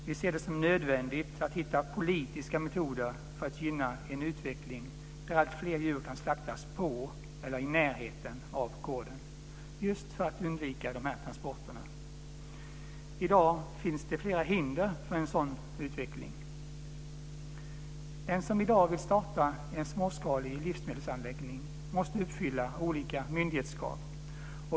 Vi ser det som nödvändigt att hitta politiska metoder för att gynna en utveckling där alltfler djur kan slaktas på eller i närheten av gården just för att undvika transporterna. I dag finns det flera hinder för en sådan utveckling. Den som i dag vill starta en småskalig livsmedelsanläggning måste uppfylla olika myndighetskrav.